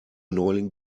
neuling